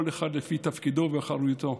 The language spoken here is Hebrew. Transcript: כל אחד לפי תפקידו ואחריותו,